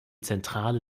zentrale